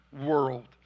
World